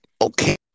okay